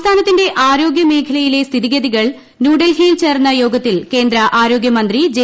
സംസ്ഥാനത്തിന്റെ ആരോഗ്യ മേഖ്യലിയിലെ സ്ഥിതിഗതികൾ ന്യൂഡൽഹിയിൽ ചേർന്ന യോഗത്തിൽ കേന്ദ്രമന്ത്രി ജെ